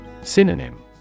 Synonym